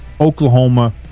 Oklahoma